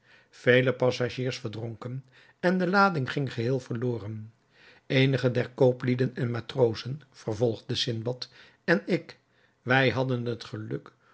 vele passagiers verdronken en de lading ging geheel verloren eenige der kooplieden en matrozen vervolgde sindbad en ik wij hadden het geluk